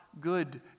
good